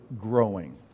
growing